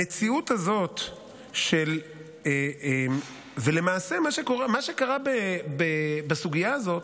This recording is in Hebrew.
המציאות הזאת של, ולמעשה, מה שקרה בסוגיה הזאת,